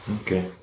Okay